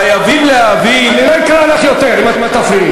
חייבים להבין, אני לא אקרא לך יותר אם את תפריעי.